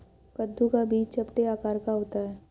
कद्दू का बीज चपटे आकार का होता है